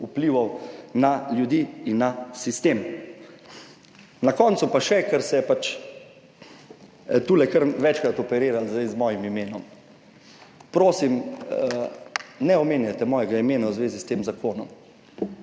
vplivov na ljudi in na sistem. Na koncu pa še, ker se je pač tule kar večkrat operiralo zdaj z mojim imenom. Prosim, ne omenjajte mojega imena v zvezi s tem zakonom.